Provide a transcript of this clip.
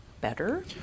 better